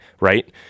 right